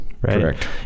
Correct